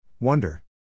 Wonder